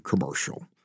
commercial